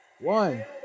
One